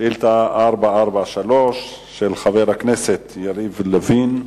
שאילתא 443 של חבר הכנסת יריב לוין: